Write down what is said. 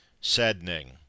saddening